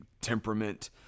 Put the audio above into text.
temperament